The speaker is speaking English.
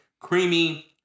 creamy